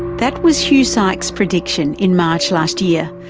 that was huge sykes prediction in march last year,